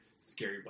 Scary